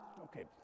okay